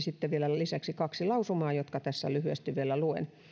sitten vielä lisäksi kaksi lausumaa jotka tässä lyhyesti vielä luen